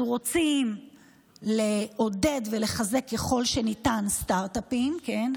אנחנו רוצים לעודד ולחזק ככל שניתן סטרטאפים, כן?